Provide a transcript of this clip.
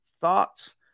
Thoughts